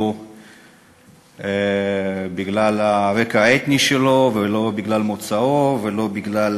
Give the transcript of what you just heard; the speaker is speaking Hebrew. לא בגלל הרקע האתני שלו, לא בגלל מוצאו ולא בגלל